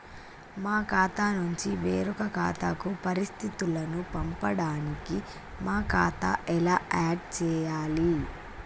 మా ఖాతా నుంచి వేరొక ఖాతాకు పరిస్థితులను పంపడానికి మా ఖాతా ఎలా ఆడ్ చేయాలి?